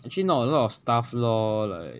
actually not a lot of stuff lor like